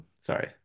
Sorry